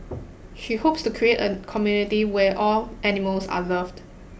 she hopes to create a community where all animals are loved